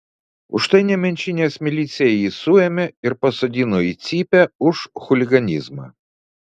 už tai nemenčinės milicija jį suėmė ir pasodino į cypę už chuliganizmą